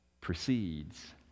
precedes